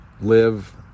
live